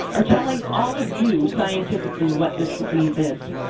are telling all of you scientifically what this disease is.